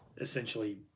essentially